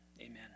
Amen